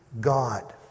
God